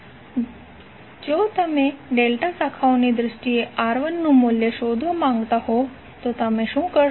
તો જો તમે ડેલ્ટા શાખાઓની દ્રષ્ટિએ R1 નું મૂલ્ય શોધવા માંગતા હો તો તમે શું કરશો